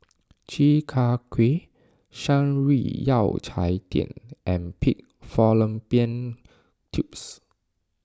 Chi Kak Kuih Shan Rui Yao Cai Tang and Pig Fallopian Tubes